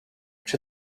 czy